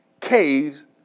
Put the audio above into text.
caves